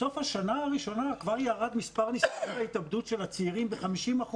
בסוף השנה הראשונה כבר ירד מספר ניסיונות ההתאבדות של הצעירים ב-50%.